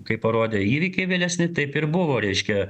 kaip parodė įvykiai vėlesni taip ir buvo reiškia